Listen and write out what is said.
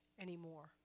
anymore